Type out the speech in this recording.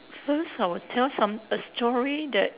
first I would tell some a story that